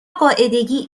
قاعدگی